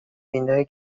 اینایی